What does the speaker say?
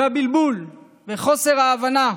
הבלבול וחוסר ההבנה,